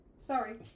Sorry